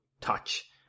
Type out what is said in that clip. touch